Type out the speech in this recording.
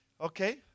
okay